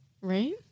Right